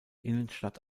innenstadt